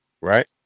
Right